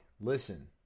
listen